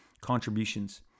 contributions